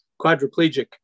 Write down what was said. quadriplegic